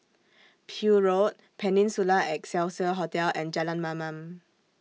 Peel Road Peninsula Excelsior Hotel and Jalan Mamam